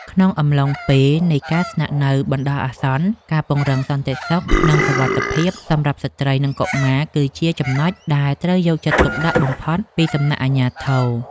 ក្នុងអំឡុងពេលនៃការស្នាក់នៅបណ្តោះអាសន្ន ការពង្រឹងសន្តិសុខនិងសុវត្ថិភាពសម្រាប់ស្ត្រីនិងកុមារ គឺជាចំណុចដែលត្រូវយកចិត្តទុកដាក់បំផុតពីសំណាក់អាជ្ញាធរ។